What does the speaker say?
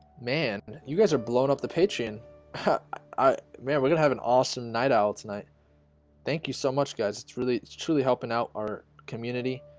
man you guys are blown up the patreon huh aye man we're gonna have an awesome night out tonight thank you so much guys. it's really. it's truly helping out our community